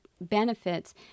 benefits